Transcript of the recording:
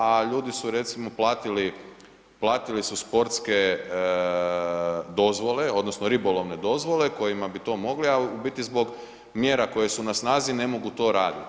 A ljudi su recimo platili, platili su sportske dozvole, odnosno ribolovne dozvole kojima bi to mogli, a u biti zbog mjera koje su na snazi ne mogu to raditi.